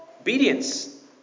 obedience